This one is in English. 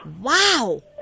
Wow